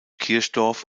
kirchdorf